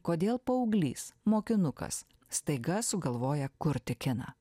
kodėl paauglys mokinukas staiga sugalvoja kurti kiną